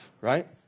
right